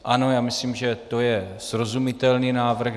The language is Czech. Ano, já myslím, že to je srozumitelný návrh.